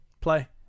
play